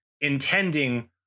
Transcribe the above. intending